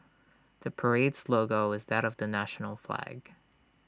the parade's logo is that of the national flag